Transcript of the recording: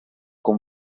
con